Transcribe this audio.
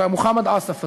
של מוחמד עסאף הזה,